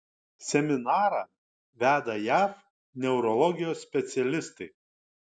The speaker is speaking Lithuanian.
seminarą veda jav neurologijos specialistai